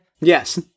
Yes